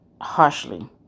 harshly